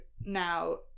now